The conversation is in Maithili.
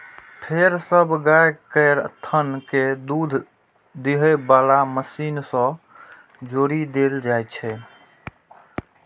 फेर सब गाय केर थन कें दूध दुहै बला मशीन सं जोड़ि देल जाइ छै